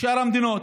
מבשאר המדינות.